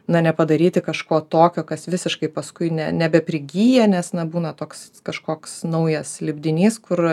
na nepadaryti kažko tokio kas visiškai paskui ne nebeprigyja nes nebūna toks kažkoks naujas lipdinys kur